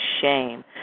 shame